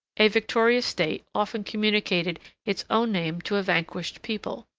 a victorious state often communicated its own name to a vanquished people.